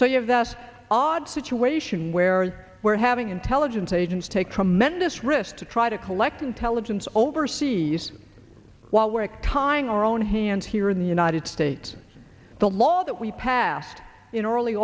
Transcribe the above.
so you have this odd situation where we're having intelligence agents take tremendous risks to try to collect intelligence overseas while weyrich tying our own hands here in the united states the law that we passed in early